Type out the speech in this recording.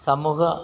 സമൂഹ